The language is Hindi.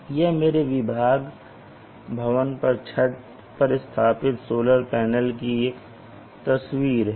यह मेरे विभाग भवन की छत पर स्थापित सोलर पैनल की एक तस्वीर है